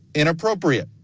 inappropriate,